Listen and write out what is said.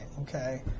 okay